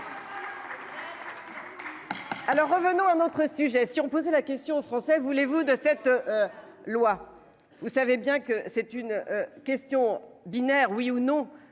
Alors revenons à notre sujet si on posé la question aux Français vous voulez-vous de cette. Loi. Vous savez bien que c'est une question binaire, oui ou non